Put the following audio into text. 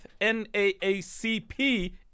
NAACP